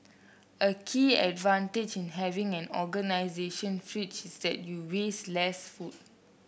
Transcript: a key advantage in having an organization fridge is that you waste less food